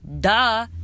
Duh